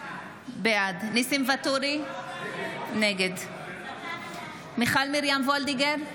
בעד ניסים ואטורי, נגד מיכל מרים וולדיגר,